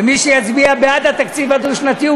ומי שיצביע בעד התקציב הדו-שנתי,